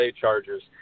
Chargers